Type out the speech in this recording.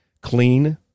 clean